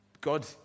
God